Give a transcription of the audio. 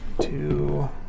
Two